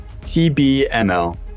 TBML